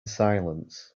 silence